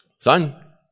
Son